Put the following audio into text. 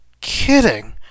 kidding